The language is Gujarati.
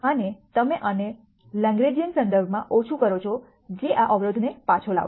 અને તમે આને લગ્રેજિયનના સંદર્ભમાં ઓછું કરો છો જે આ અવરોધને પાછો લાવશે